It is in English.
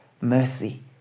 mercy